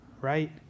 right